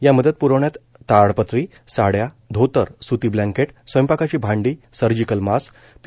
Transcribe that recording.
या मदत प्रवण्यात ताडपत्री साड्या धोतर सूती ब्लँकेट स्वयंपाकाची भांडी सर्जिकल मास्क पी